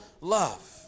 love